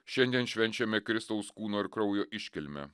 šiandien švenčiame kristaus kūno ir kraujo iškilmę